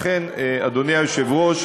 לכן, אדוני היושב-ראש,